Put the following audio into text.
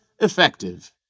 effective